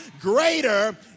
greater